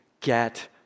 get